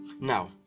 now